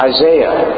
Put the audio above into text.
Isaiah